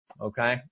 Okay